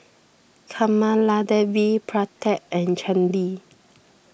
Kamaladevi Pratap and Chandi